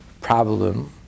problem